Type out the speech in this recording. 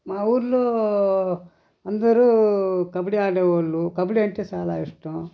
మా ఊర్లో అందరూ కబడి ఆడేవాళ్ళు కబడి అంటే చాలా ఇష్టం